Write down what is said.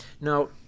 Now